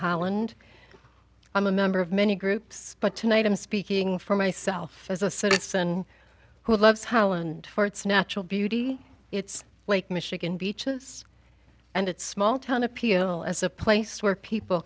holland i'm a member of many groups but tonight i'm speaking for myself as a citizen who loves holland for its natural beauty its lake michigan beaches and its small town appeal as a place where people